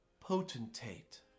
potentate